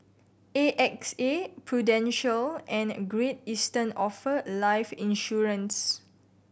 A X A Prudential and Great Eastern offer life insurance